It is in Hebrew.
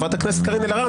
חברת הכנסת קארין אלהרר,